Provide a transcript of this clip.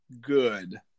good